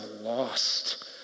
lost